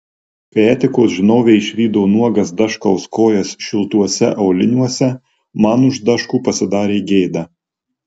kai etikos žinovė išvydo nuogas daškaus kojas šiltuose auliniuose man už daškų pasidarė gėda